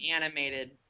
animated